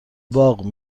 باغ